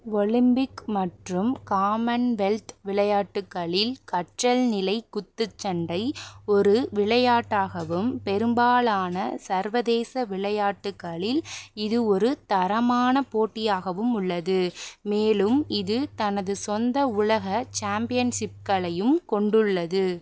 Olympic மற்றும் Commonwealth விளையாட்டுகளில் கற்றல் நிலைக் குத்துச்சண்டை ஒரு விளையாட்டாகவும் பெரும்பாலான சர்வதேச விளையாட்டுகளில் இது ஒரு தரமான போட்டியாகவும் உள்ளது மேலும் இது தனது சொந்த உலக சாம்பியன்ஷிப்களையும் கொண்டுள்ளது